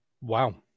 Wow